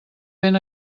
ben